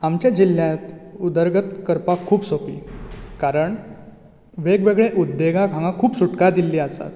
आमच्या जिल्यांत उदरगत करपाक खूब सोपी कारण वेगवेगळ्या उद्देंगाक हांगा खूब सुटका दिल्ली आसा